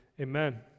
Amen